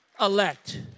elect